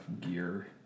gear